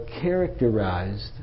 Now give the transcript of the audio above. characterized